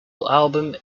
album